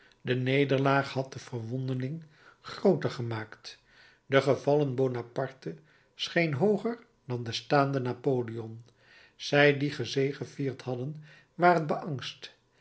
de nederlaag had den verwonneling grooter gemaakt de gevallen bonaparte scheen hooger dan de staande napoleon zij die gezegevierd hadden waren beangst